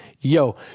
Yo